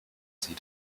sie